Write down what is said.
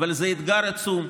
אבל זה אתגר עצום.